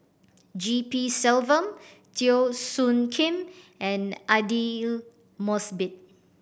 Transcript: G P Selvam Teo Soon Kim and Aidli Mosbit